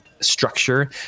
structure